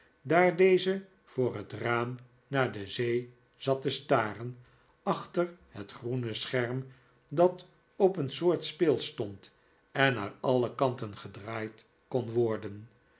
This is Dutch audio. daar deze voor het raam naar de zee zat te staren achter het groene scherm dat op een soort spil stond en naar alle kanten gedraaid kon worden